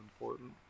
important